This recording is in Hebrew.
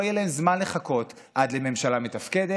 יהיה להם זמן לחכות עד לממשלה מתפקדת,